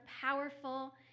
powerful